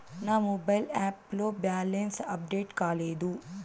నా mobile app లో balance update కాలేదు